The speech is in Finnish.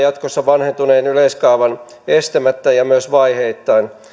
jatkossa vanhentuneen yleiskaavan estämättä ja myös vaiheittain